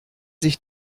sich